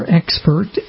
expert